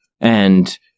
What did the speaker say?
And-